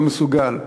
הוא מסוגל.